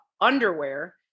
underwear